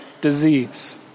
disease